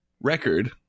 record